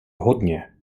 hodně